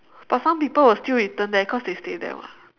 but some people will still return there because they stay there [what]